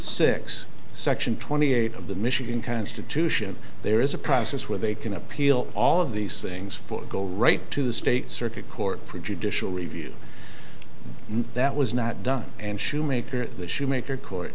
six section twenty eight of the michigan constitution there is a process where they can appeal all of these things for go right to the state circuit court for judicial review that was not done and schumaker the shoemaker court